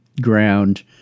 ground